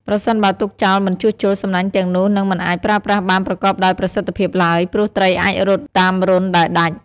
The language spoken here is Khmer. ប្រសិនបើទុកចោលមិនជួសជុល សំណាញ់ទាំងនោះនឹងមិនអាចប្រើប្រាស់បានប្រកបដោយប្រសិទ្ធភាពឡើយ ព្រោះត្រីអាចរត់រួចតាមរន្ធដែលដាច់។